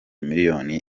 miliyoni